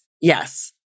Yes